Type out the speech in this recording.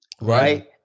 right